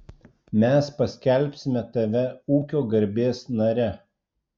mes paskelbsime tave ūkio garbės nare